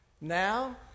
now